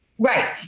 Right